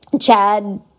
Chad